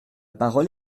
parole